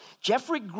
Jeffrey